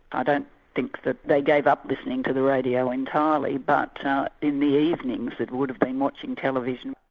i don't think that they gave up listening to the radio entirely, but in the evenings it would have been watching television.